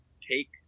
take